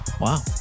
Wow